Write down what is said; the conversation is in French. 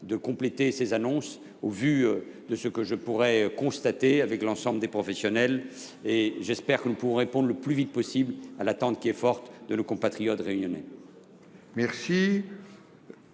de compléter ces annonces au regard de ce que je pourrais constater avec l’ensemble des professionnels. J’espère que nous pourrons répondre le plus vite possible aux attentes – elles sont fortes – de nos compatriotes réunionnais.